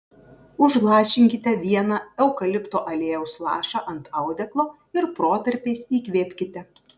užlašinkite vieną eukalipto aliejaus lašą ant audeklo ir protarpiais įkvėpkite